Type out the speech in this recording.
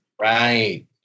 Right